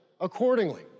accordingly